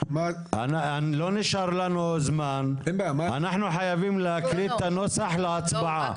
אנחנו חייבים להקריא את הנוסח להצבעה.